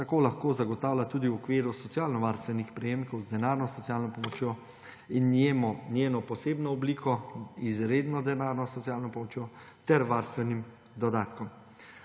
tako lahko zagotavlja tudi v okviru socialnovarstvenih prejemkov z denarno socialno pomočjo in njeno posebno obliko, izredno denarno socialno pomočjo, ter varstvenim dodatkom.